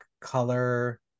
color